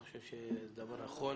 אני חושב שזה דבר נכון